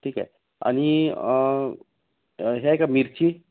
ठीक आहे आणि हे आहे का मिरची